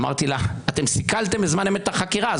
אמרתי לה: אתם סיקלתם בזמן אמת את החקירה,